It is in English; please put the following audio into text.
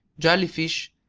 jellyfish,